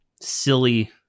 Silly